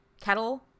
Kettle